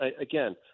again